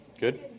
Good